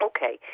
Okay